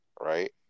right